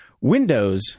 Windows